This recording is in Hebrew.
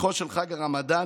בפתחו של חג הרמדאן,